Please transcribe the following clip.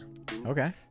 Okay